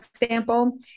example